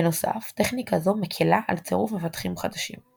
בנוסף, טכניקה זו מקלה על צירוף מפתחים חדשים.